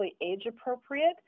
age-appropriate